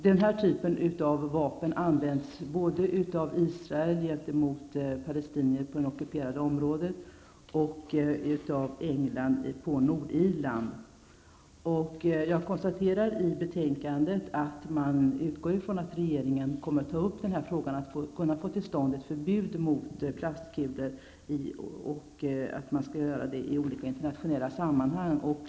Den här typen av vapen används både av Israel gentemot palestinier på det ockuperade området, och av England på Nordirland. Jag konstaterar att man i betänkandet utgår från att regeringen i olika internationella sammanhang kommer att ta upp frågan om ett förbud mot plastkulor.